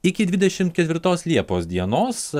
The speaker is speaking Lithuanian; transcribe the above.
iki dvidešim ketvirtos liepos dienos